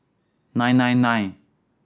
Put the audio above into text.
nine nine nine